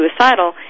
suicidal